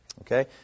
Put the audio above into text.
Okay